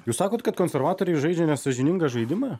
jūs sakot kad konservatoriai žaidžia nesąžiningą žaidimą